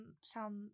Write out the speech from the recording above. sound